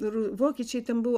ir vokiečiai ten buvo